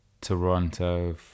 toronto